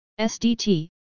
SDT